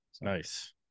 Nice